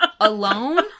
Alone